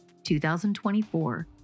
2024